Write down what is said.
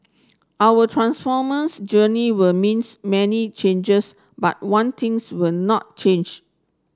our transformers journey will means many changes but one things will not change